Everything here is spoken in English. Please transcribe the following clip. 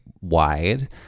wide